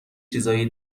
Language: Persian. چیزای